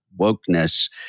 wokeness